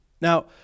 Now